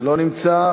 לא נמצא.